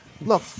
Look